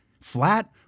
flat